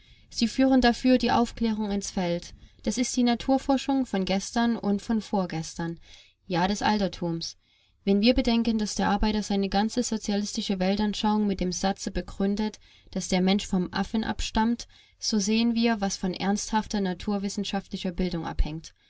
sie führen dafür die aufklärung ins feld das ist die naturforschung von gestern und von vorgestern ja des altertums wenn wir bedenken daß der arbeiter seine ganze sozialistische weltanschauung mit dem satze begründet daß der mensch vom affen abstammt so sehen wir was von ernsthafter naturwissenschaftlicher bildung abhängt